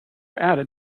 added